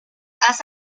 has